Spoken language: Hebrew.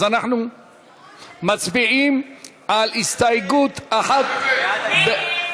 אנחנו מצביעים על פסקה (1)